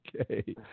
okay